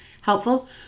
helpful